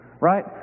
Right